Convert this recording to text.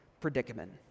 predicament